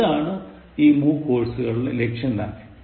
അതാണ് ഈ MOOC കോഴ്സുകളുടെ ലക്ഷ്യം തന്നെ